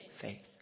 faith